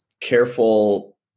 careful